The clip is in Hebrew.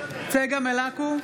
צגה מלקו,